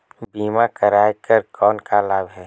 बीमा कराय कर कौन का लाभ है?